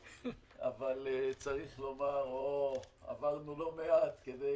אבל צריך לומר עברנו לא מעט כדי